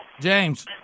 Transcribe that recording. James